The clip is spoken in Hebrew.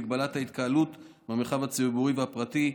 הגבלת ההתקהלות במרחב הציבורי והפרטי,